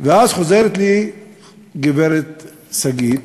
ואז חוזרת אלי הגברת שגית,